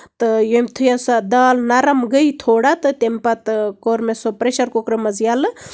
تہٕ یِتھُے حظ سۄ دال نَرٕم گٔے تھوڑا تہٕ تَمہِ پَتہٕ کوٚر مےٚ سُہ پریشَر کُکرٕ منٛز ییٚلہٕ